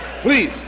Please